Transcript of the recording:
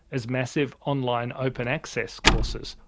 as massive on-line open access courses,